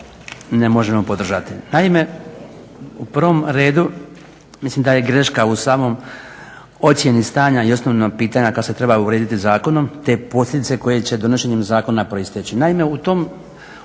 ne možemo podržati. Naime, u prvom redu mislim da je greška u samoj ocjeni stanja i osnovnog pitanja kad se treba urediti zakonom te posljedice koje će donošenjem zakona proisteći.